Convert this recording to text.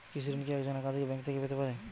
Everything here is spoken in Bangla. কৃষিঋণ কি একজন একাধিক ব্যাঙ্ক থেকে পেতে পারে?